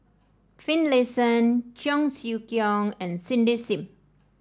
Finlayson Cheong Siew Keong and Cindy Sim